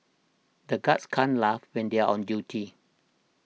the guards can't laugh when they are on duty